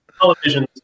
Television